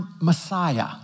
Messiah